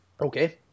okay